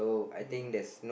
ya